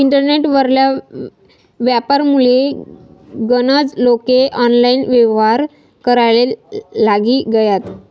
internet वरला यापारमुये गनज लोके ऑनलाईन येव्हार कराले लागी गयात